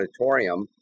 Auditorium